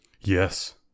Yes